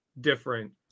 different